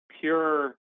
pure